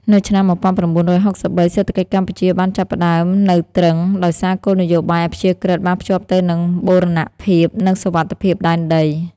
នៅឆ្នាំ១៩៦៣ សេដ្ឋកិច្ចកម្ពុជាបានចាប់ផ្តើមនៅទ្រឹង ដោយសារគោលនយោបាយអព្យាក្រឹត្យបានភ្ជាប់ទៅនឹងបូរណភាព និងសុវត្ថិភាពដែនដី។